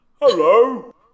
Hello